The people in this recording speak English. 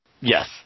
Yes